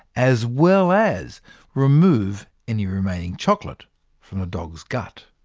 as well as remove any remaining chocolate from the dog's gut.